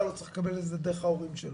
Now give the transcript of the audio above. לא צריך לקבל את זה דרך ההורים שלו.